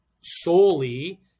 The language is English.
solely